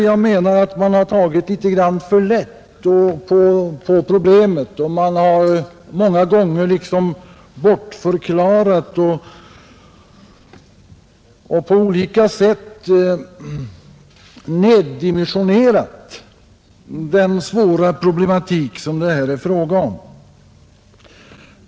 Jag menar att man har tagit litet för lätt på problemet, och man har många gånger liksom bortförklarat och på olika sätt neddimensionerat den svåra problematik som det här är fråga om.